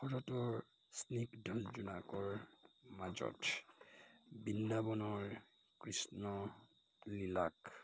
শৰতৰ স্নিগ্ধ জোনাকৰ মাজত বৃন্দাবনৰ কৃষ্ণলীলাক